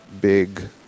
big